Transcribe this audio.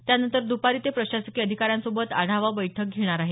त्यानंतर दुपारी ते प्रशासकीय अधिकाऱ्यांसोबत आढावा बैठक घेणार आहेत